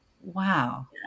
Wow